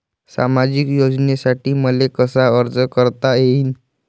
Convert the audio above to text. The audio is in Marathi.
सामाजिक योजनेसाठी मले कसा अर्ज करता येईन?